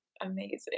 amazing